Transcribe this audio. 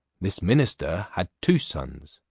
this minister had two sons,